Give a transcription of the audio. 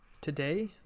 Today